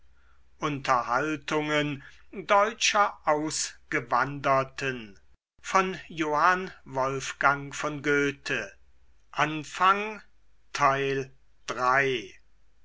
unterhaltungen deutscher ausgewanderten